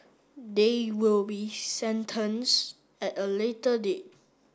they will be sentence at a later date